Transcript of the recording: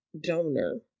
donor